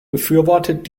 befürwortet